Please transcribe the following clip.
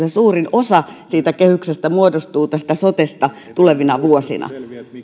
suurin osa siitä kehyksestä muodostuu tästä sotesta tulevina vuosina